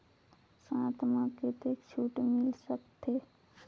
साथ म कतेक छूट मिल सकथे?